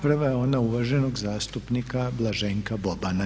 Prva je ona uvaženog zastupnika Blaženka Bobana.